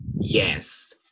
Yes